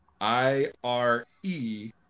I-R-E